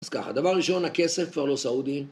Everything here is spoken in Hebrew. אז ככה, דבר ראשון הכסף כבר לא סעודי